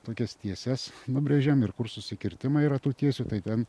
tokias tieses nubrėžiam ir kur susikirtimai yra tų tiesių tai ten